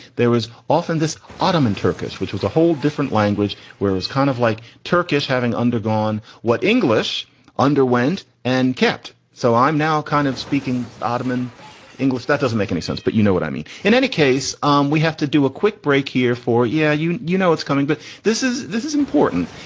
there was often this ottoman turkish, which was a whole different language, whereas kind of like turkish, having undergone what english underwent and kept. so i'm now kind of speaking ottoman english. that doesn't make any sense, but you know what i mean. in any case, um we have to do a quick break here for. yeah, you you know, it's coming. but this is this is. important,